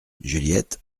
juliette